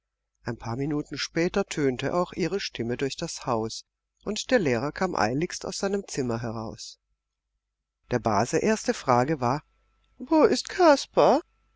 ein paar minuten später tönte auch ihre stimme durch das haus und der lehrer kam eiligst aus seinem zimmer heraus der base erste frage war wo ist kasper